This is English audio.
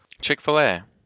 Chick-fil-A